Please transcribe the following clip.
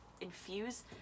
infuse